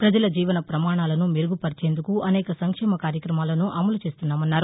ప్రజల జీవన ప్రమాణాలను మెరుగుపర్చేందుకు అనేక సంక్షేమ కార్యక్రమాలను అమలుచేస్తున్నామన్నారు